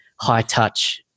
high-touch